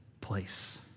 place